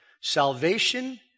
Salvation